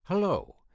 Hello